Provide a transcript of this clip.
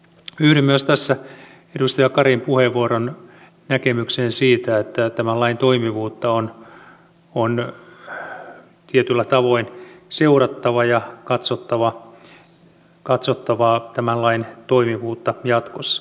yhdyn myös tässä edustaja karin puheenvuoron näkemykseen siitä että tämän lain toimivuutta on tietyllä tavoin seurattava ja katsottava tämän lain toimivuutta jatkossa